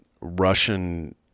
Russian